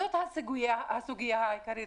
זאת הסוגיה העיקרית.